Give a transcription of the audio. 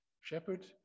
shepherd